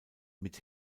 mit